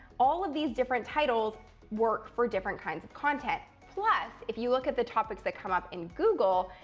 all of these different titles work for different kinds of content. plus, if you look at the topics that come up in google,